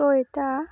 তো এটা